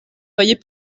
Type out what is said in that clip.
soyez